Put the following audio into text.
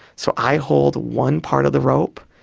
so i hold one part of the rope,